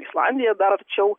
islandija dar arčiau